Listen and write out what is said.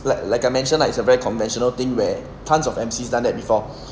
like like I mentioned lah it's a very conventional thing where tons of emcees done that before